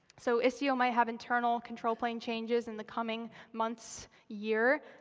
so istio might have internal control plane changes in the coming months, year.